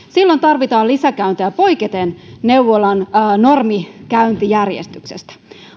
silloin tarvitaan lisäkäyntejä poiketen neuvolan normikäyntijärjestyksestä